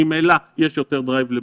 ממילא יש יותר דרייב לבדיקות,